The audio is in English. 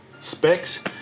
specs